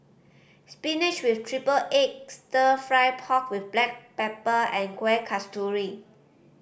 spinach with triple egg Stir Fry pork with black pepper and Kueh Kasturi